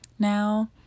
now